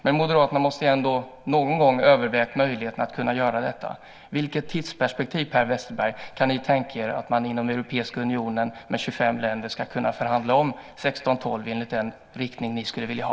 Men Moderaterna måste ändå någon gång ha övervägt möjligheten att göra detta. I vilket tidsperspektiv, Per Westerberg, kan ni tänka er att man inom Europeiska unionen med 25 länder ska kunna förhandla om 1612 i den riktning som ni skulle vilja ha?